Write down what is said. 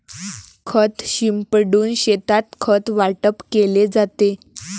खत शिंपडून शेतात खत वाटप केले जाते